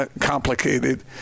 complicated